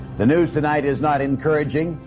the news tonight is not encouraging.